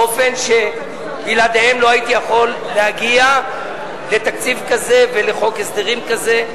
באופן שבלעדיהם לא הייתי יכול להגיע לתקציב כזה ולחוק הסדרים כזה.